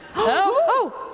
oh,